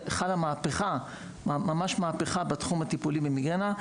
חלה מהפכה, ממש מהפכה בתחום הטיפולי במיגרנה.